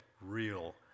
real